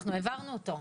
אנחנו העברנו אותו.